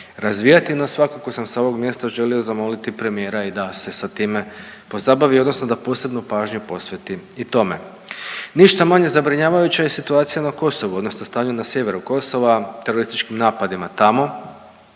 razvijati, no svakako sam sa ovog mjesta želio zamoliti premijera i da se sa time pozabavi odnosno da posebnu pažnju posveti i tome. Ništa manje zabrinjavajuća je situacija na Kosovu, odnosno stanje na sjeveru Kosova, terorističkim napadima tamo.